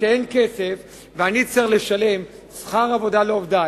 כשאין כסף ואני צריך לשלם שכר עבודה לעובדי,